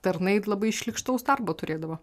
tarnai labai šlykštaus darbo turėdavo